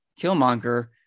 Killmonger